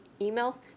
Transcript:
email